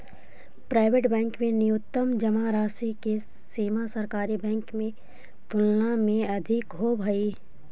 private bank में न्यूनतम जमा राशि के सीमा सरकारी बैंक के तुलना में अधिक होवऽ हइ